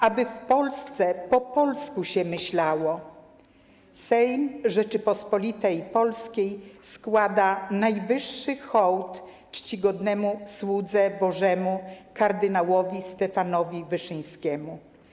Aby w Polsce po polsku się myślało'. Sejm Rzeczypospolitej Polskiej składa najwyższy hołd Czcigodnemu Słudze Bożemu kardynałowi Stefanowi Wyszyńskiemu”